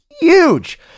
huge